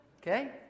Okay